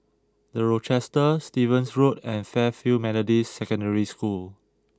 the Rochester Stevens Road and Fairfield Methodist Secondary School